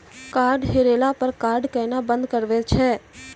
Card हेरैला पर card केना बंद करबै छै?